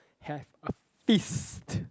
have a feast